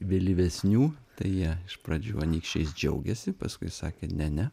vėlyvesnių tai jie iš pradžių anykščiais džiaugėsi paskui sakė ne ne